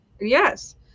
yes